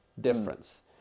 difference